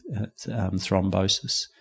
thrombosis